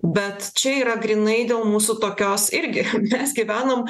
bet čia yra grynai dėl mūsų tokios irgi mes gyvenam